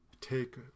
take